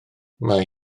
mae